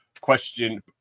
Question